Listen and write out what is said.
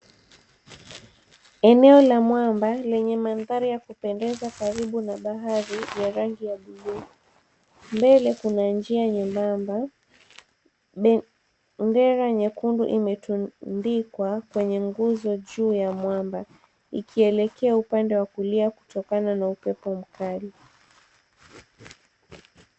Eneo la mwamba lenye mandhari ya kupendeza karibu na bahari ya rangi ya buluu. Mbele kuna njia nyembamba. Bendera nyekundu imetundikwa kwenye nguzo juu ya mwamba ikielekea upande wa kulia kutokana na upepo mkali.